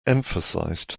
emphasised